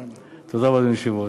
תודה, אדוני היושב-ראש.